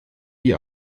die